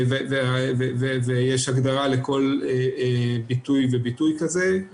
יש הגדרה לכל ביטוי וביטוי כזה.